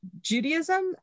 Judaism